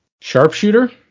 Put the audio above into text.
sharpshooter